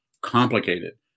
complicated